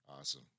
Awesome